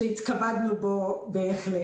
שבהחלט התכבדנו בו.